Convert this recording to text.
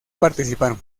participaron